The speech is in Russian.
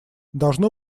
должно